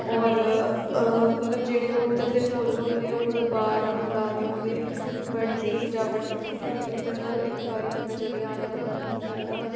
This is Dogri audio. होर मतलब जेह्ड़े उद्धर दे फुल्ल होंदे ओह् कुतै बाह्र दा मंगाए दे होंदे बड़ी स्हेई सजावट कीती दी होंदी उद्धर दा इक बारी बंदा चली जा आने दा मन नी करदा